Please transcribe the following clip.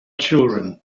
children